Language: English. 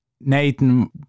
Nathan